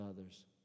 others